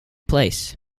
place